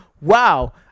wow